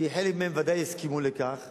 כי חלק מהם ודאי יסכימו לכך,